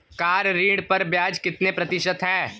Car ऋण पर ब्याज कितने प्रतिशत है?